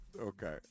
Okay